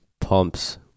pumps